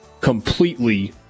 completely